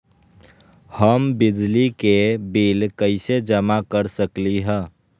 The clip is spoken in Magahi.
हम बिजली के बिल कईसे जमा कर सकली ह?